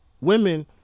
Women